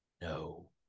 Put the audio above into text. No